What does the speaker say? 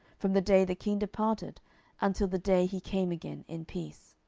from the day the king departed until the day he came again in peace.